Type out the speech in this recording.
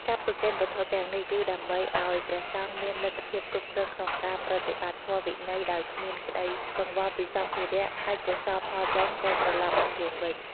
ការប្រគេនវត្ថុទាំងនេះ គឺដើម្បីឲ្យព្រះសង្ឃមានលទ្ធភាពគ្រប់គ្រាន់ក្នុងការប្រតិបត្តិធម៌វិន័យដោយគ្មានក្តីកង្វល់ពីសម្ភារៈ ហើយកុសលផលបុណ្យក៏ត្រឡប់មកយើងវិញ។